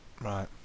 right